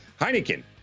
Heineken